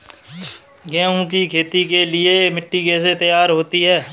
गेहूँ की खेती के लिए मिट्टी कैसे तैयार होती है?